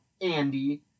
Andy